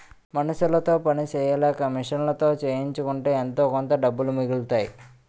మనుసులతో పని సెయ్యలేక మిషన్లతో చేయించుకుంటే ఎంతోకొంత డబ్బులు మిగులుతాయి